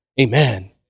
Amen